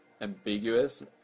ambiguous